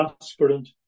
aspirant